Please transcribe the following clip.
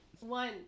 one